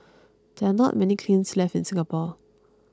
there are not many kilns left in Singapore